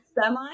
Semi